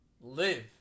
live